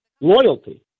loyalty